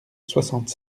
soixante